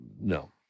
No